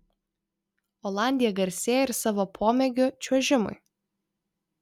olandija garsėja ir savo pomėgiu čiuožimui